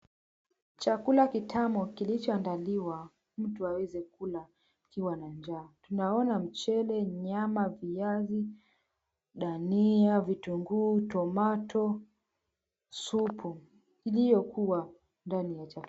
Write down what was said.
Chakula kitamu kilichoandaliwa mtu aweze kula akiwa na njaa. Tunaona mchele, nyama, viazi, dania, vitunguu, tomato , supu iliyokuwa ndani ya chakula.